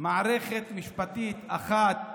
מערכת משפטית אחת למתנחלים,